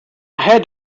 had